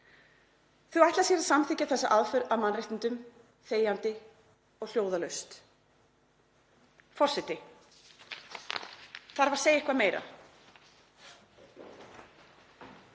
Þau ætla sér að samþykkja þessa aðför að mannréttindum þegjandi og hljóðalaust. Forseti. Þarf að segja eitthvað meira?